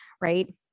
right